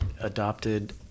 adopted